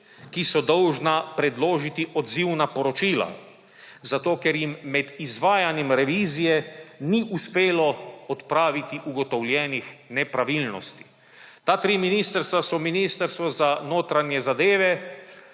ki so dolžna predložiti odzivna poročila, ker jim med izvajanjem revizije ni uspelo odpraviti ugotovljenih nepravilnosti. Ta tri ministrstva so Ministrstvo za notranje zadeve,